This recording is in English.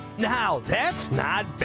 now that's not